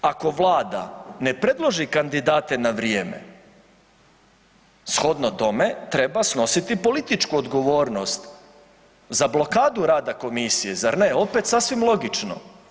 Ako Vlada ne predloži kandidate ne vrijeme, shodno tome treba snositi političku odgovornost za blokadu rada komisije, zar ne, opet sasvim logično.